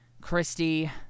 Christy